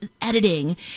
editing